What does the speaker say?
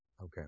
Okay